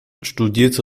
studierte